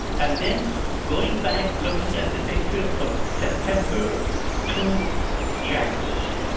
and then going back, looking at the pictures from september to january,